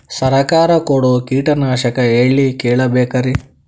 ಸರಕಾರ ಕೊಡೋ ಕೀಟನಾಶಕ ಎಳ್ಳಿ ಕೇಳ ಬೇಕರಿ?